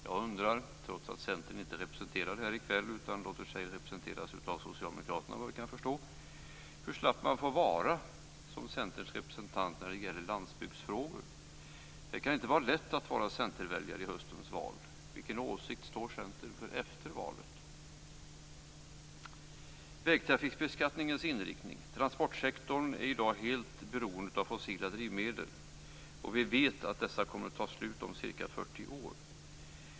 Jag undrar, trots att Centern inte är representerat här i kväll utan låter sig representeras av Socialdemokraterna vad jag kan förstå, hur slapp man får vara som Centerns representant när det gäller landsbygdsfrågor. Det kan inte vara lätt att vara centerväljare i höstens val. Vilken åsikt står Centern för efter valet? Så till vägtrafikbeskattningens inriktning. Transportsektorn är i dag helt beroende av fossila drivmedel. Vi vet att dessa kommer att ta slut om ca 40 år.